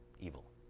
evil